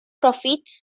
profits